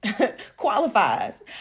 qualifies